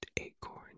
acorn